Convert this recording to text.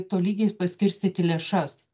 tolygiai paskirstyti lėšas